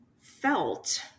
felt